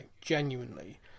genuinely